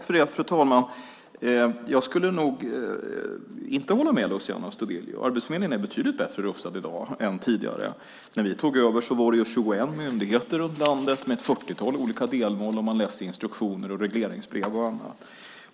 Fru talman! Jag håller inte med Luciano Astudillo. Arbetsförmedlingen är betydligt bättre rustad i dag än tidigare. När vi tog över var det 21 myndigheter runt om i landet med ett fyrtiotal olika delmål, och man läste instruktioner, regleringsbrev och annat.